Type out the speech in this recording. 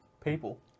people